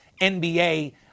NBA